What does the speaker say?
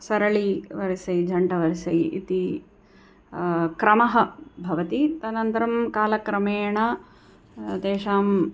सरळीवर्से जण्डवर्से इति क्रमः भवति तनन्तरं कालक्रमेण तेषाम्